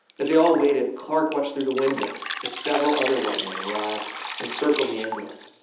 as they all waited, clark watched through the windows as several other white men arrived and circled the ambulance,